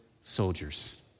soldiers